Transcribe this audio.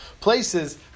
places